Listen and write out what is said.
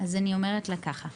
אז אני עונה לה ככה,